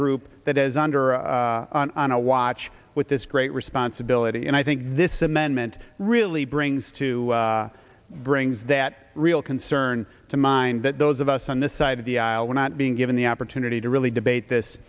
group that is under a watch with this great responsibility and i think this amendment really brings to brings that real concern to mind that those of us on this side of the aisle were not being given the opportunity to really debate this